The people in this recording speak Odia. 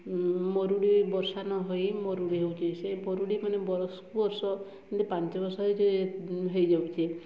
ମରୁଡ଼ି ବର୍ଷା ନ ହୋଇ ମରୁଡ଼ି ହେଉଛି ସେ ମରୁଡ଼ିମାନେ ବର୍ଷକୁ ବର୍ଷ ଏମିତି ପାଞ୍ଚ ବର୍ଷ ହୋଇଯାଏ ହୋଇଯାଉଛି